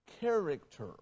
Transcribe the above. character